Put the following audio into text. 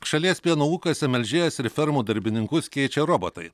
šalies pieno ūkiuose melžėjas ir fermų darbininkus keičia robotai